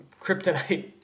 kryptonite